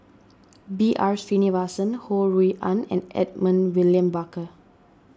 B R Sreenivasan Ho Rui An and Edmund William Barker